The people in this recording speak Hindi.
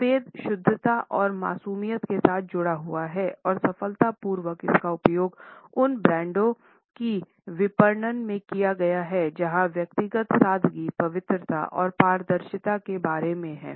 सफेद शुद्धता और मासूमियत के साथ जुड़ा हुआ है और सफलतापूर्वक इसका उपयोग उन ब्रांडों की विपणन में किया गया है जहां व्यक्तित्व सादगी पवित्रता और पारदर्शिता के बारे में है